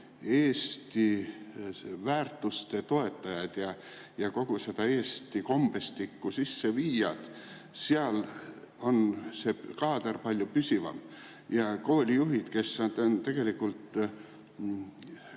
Eesti väärtuste toetajad ja kogu selle Eesti kombestiku sisseviijad, on see kaader palju püsivam. Ja koolijuhid, kes tegelikult